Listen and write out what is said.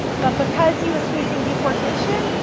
but because he was facing deportation,